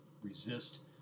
resist